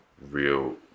real